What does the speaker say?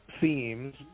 Themes